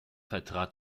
vertrat